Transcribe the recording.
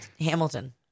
Hamilton